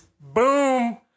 Boom